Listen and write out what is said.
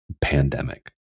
pandemic